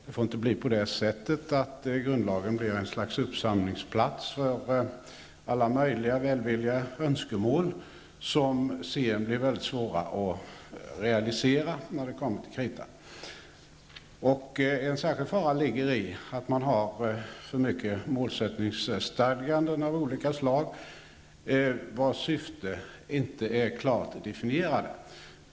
Grundlagen får inte bli ett slags uppsamlingsplats för alla möjliga välvilliga önskemål, som sedan blir väldigt svåra att realisera när det kommer till kritan. En särskild fara ligger i att man har för mycket målsättningsstadganden av olika slag, vilkas syften inte är klart definierade.